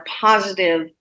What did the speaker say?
positive